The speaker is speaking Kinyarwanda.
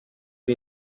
w’i